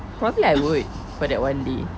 probably I would for that one day